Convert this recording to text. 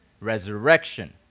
Resurrection